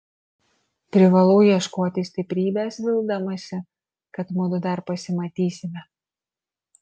privalau ieškoti stiprybės vildamasi kad mudu dar pasimatysime